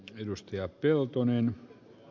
arvoisa puhemies